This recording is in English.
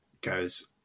goes